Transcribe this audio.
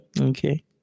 okay